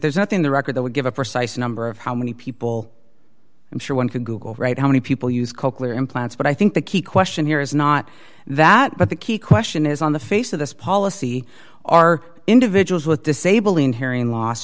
there's nothing the record that would give a precise number of how many people i'm sure one can google right how many people use coakley or implants but i think the key question here is not that but the key question is on the face of this policy are individuals with disabling hearing loss